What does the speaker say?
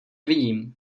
vidím